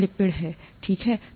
lipid ठीक है